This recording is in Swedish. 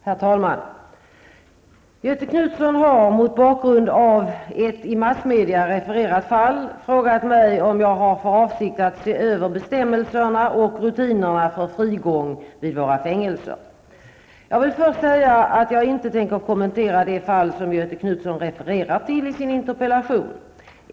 Herr talman! Göthe Knutson har -- mot bakgrund av ett i massmedia refererat fall -- frågat mig om jag har för avsikt att se över bestämmelserna och rutinerna för frigång vid våra fängelser. Jag vill först säga att jag inte tänker kommentera de fall som Göthe Knutson refererar till i sin interpellation.